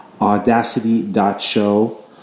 audacity.show